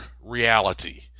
reality